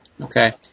Okay